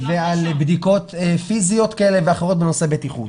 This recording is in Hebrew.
על בדיקות פיזיות כאלה ואחרות בנושא בטיחות.